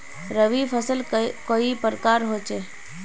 रवि फसल कई प्रकार होचे?